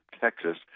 Texas